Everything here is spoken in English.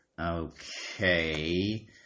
Okay